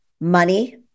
money